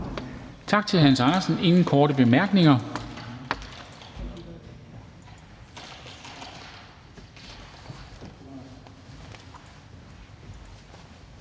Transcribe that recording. Tak for det. Der er ingen korte bemærkninger.